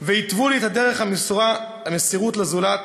והתוו את דרך המסירות לזולת.